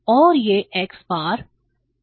और वह x बार 3 है